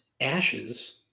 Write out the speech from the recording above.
ashes